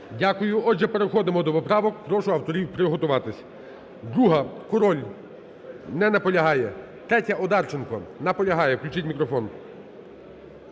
Дякую. Отже, переходимо до поправок. Прошу авторів приготуватися. 2-а, Король. Не наполягає. 3-я, Одарченко. Наполягає. Включіть мікрофон.